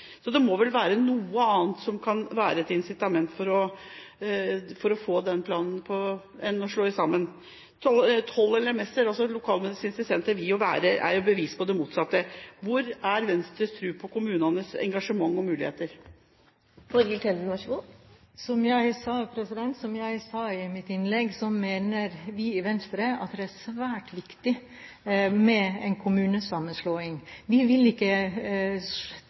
Så det må vel være noe annet som kan være et incitament for å få den planen, enn å slå sammen. 12 LMS-er, altså lokalmedisinske sentre, er jo bevis på det motsatte. Hvor er Venstres tro på kommunenes engasjement og muligheter? Som jeg sa i mitt innlegg, mener vi i Venstre at det er svært viktig med en kommunesammenslåing. Vi vil ikke